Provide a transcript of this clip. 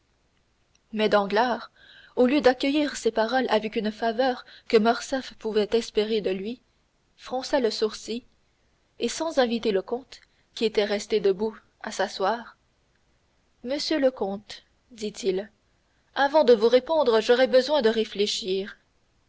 mais danglars au lieu d'accueillir ces paroles avec une faveur que morcerf pouvait espérer de lui fronça le sourcil et sans inviter le comte qui était resté debout à s'asseoir monsieur le comte dit-il avant de vous répondre j'aurai besoin de réfléchir